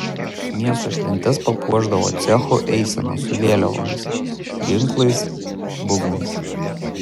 miesto šventes papuošdavo cechų eisenos su vėliavomis ginklais būgnais